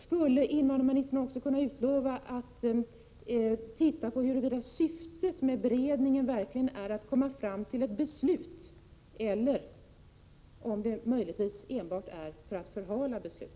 Skulle invandrarministern också kunna utlova att han skall undersöka huruvida syftet med beredningen verkligen är att komma fram till ett beslut, eller om det möjligtvis enbart är fråga om att förhala beslut?